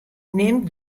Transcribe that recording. nimt